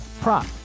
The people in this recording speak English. prop